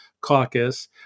caucus